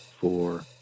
four